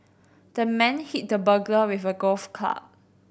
the man hit the burglar with a golf club